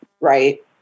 right